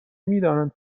میدانند